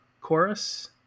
chorus